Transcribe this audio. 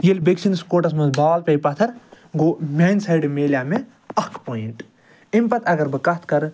ییٚلہٕ بیٚیہِ سٕنٛدِس کوٹس منٛز بال پیٚے پتھر گوٚو میٛانہِ سایڈٕ میلیاو مےٚ اکھ پۄینٛٹ اَمہِ پتہٕ اگر بہٕ کَتھ کَرٕ